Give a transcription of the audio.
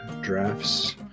drafts